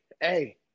hey